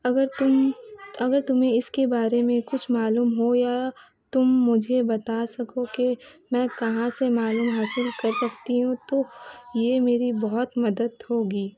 اگر تم اگر تمیں اس کے بارے میں کچھ معلوم ہو یا تم مجھے بتا سکو کہ میں کہاں سے معلوم حاصل کر سکتی ہوں تو یہ میری بہت مدد ہوگی